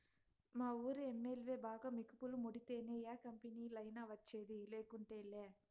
మావూరి MLA బాగా మికుపులు ముడితేనే యా కంపెనీలైనా వచ్చేది, లేకుంటేలా